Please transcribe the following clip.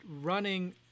running